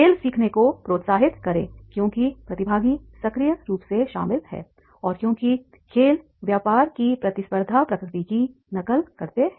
खेल सीखने को प्रोत्साहित करें क्योंकि प्रतिभागी सक्रिय रूप से शामिल हैं और क्योंकि खेल व्यापार की प्रतिस्पर्धी प्रकृति की नकल करते हैं